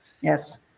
Yes